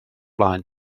blaen